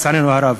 לצערנו הרב?